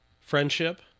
friendship